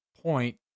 point